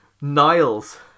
Niles